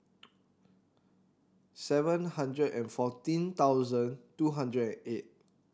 seven hundred and fourteen thousand two hundred and eight